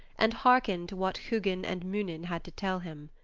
and harken to what hugin and munin had to tell him.